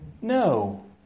No